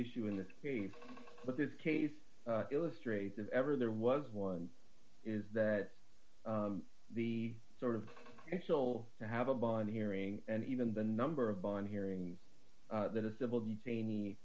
issue in this case but this case illustrates if ever there was one is that the sort of actual to have a bond hearing and even the number of bond hearing that a civil